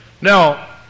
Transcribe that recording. Now